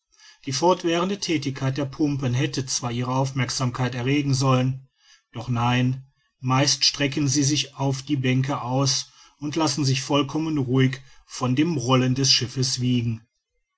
die fortwährende thätigkeit der pumpen hätte zwar ihre aufmerksamkeit erregen sollen doch nein meist strecken sie sich auf die bänke aus und lassen sich vollkommen ruhig von dem rollen des schiffes wiegen